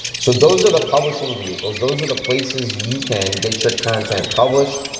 so those are the publishing vehicles. those are the places you can get your content published.